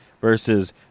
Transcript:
versus